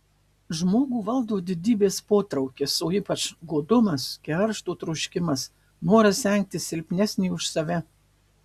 žmogų valdo didybės potraukis o ypač godumas keršto troškimas noras engti silpnesnį už save